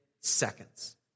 seconds